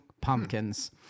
Pumpkins